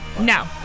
No